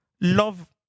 love